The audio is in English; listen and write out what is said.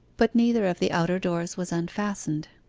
but neither of the outer doors was unfastened.